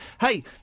Hey